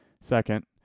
second